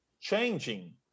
changing